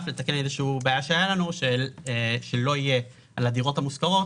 לתקן איזושהי בעיה שהייתה לנו שלא יהיה על הדירות המושכרות